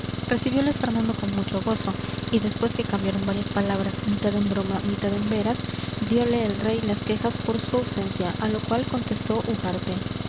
recibiole fernando con mucho gozo y después que cambiaron varias palabras mitad en broma mitad en veras diole el rey las quejas por su ausencia a lo cual contestó ugarte